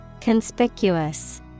Conspicuous